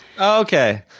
Okay